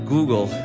Google